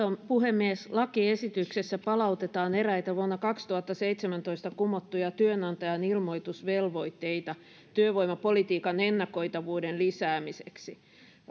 puhemies lakiesityksessä palautetaan eräitä vuonna kaksituhattaseitsemäntoista kumottuja työnantajan ilmoitusvelvoitteita työvoimapolitiikan ennakoitavuuden lisäämiseksi